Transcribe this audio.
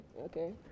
okay